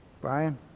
Brian